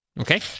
Okay